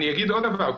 אני אגיד עוד דבר,